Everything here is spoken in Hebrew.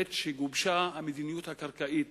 עת גובשה המדיניות הקרקעית